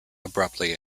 abruptly